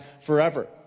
forever